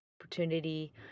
opportunity